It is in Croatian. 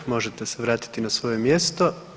Možete se vratiti na svoje mjesto.